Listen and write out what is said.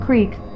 Creek